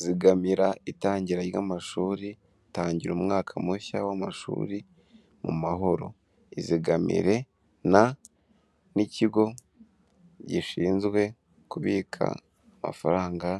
Zigamira itangira ry'amashuri, tangira umwaka mushya w'amashuri mu mahoro, izigamire na n'ikigo gishinzwe kubika amafaranga